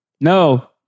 no